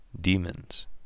demons